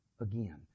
again